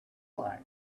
like